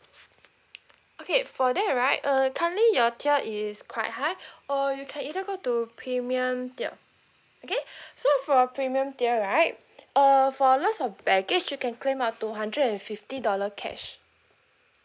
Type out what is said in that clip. okay for that right err currently your tier is quite high or you can either go to premium tier okay so for premium tier right err for lost of baggage you can claim up to hundred and fifty dollar cash